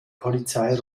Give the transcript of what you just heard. polizei